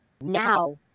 Now